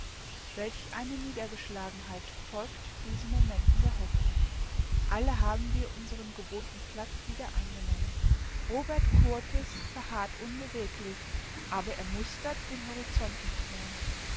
welch eine niedergeschlagenheit folgt diesen momenten der hoffnung alle haben wir unseren gewohnten platz wieder eingenommen robert kurtis verharrt unbeweglich aber er mustert den horizont nicht mehr